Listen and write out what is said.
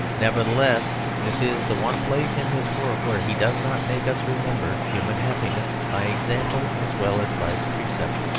nevertheless, this is the one place in his work where he does not make us remember human happiness by example as well as by precept.